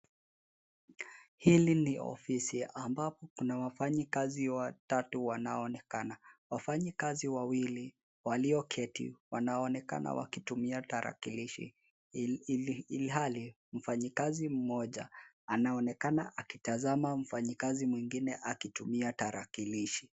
Hili ni ofisi ambapo kuna wafanyikazi watatu wanaonekana .Wafanyikazi wawili walioketi, wanaonekana wakitumia tarakilishi, ilhali mfanyikazi mmoja anaonekana akitazama mfanyikazi mwingine akitumia tarakilishi.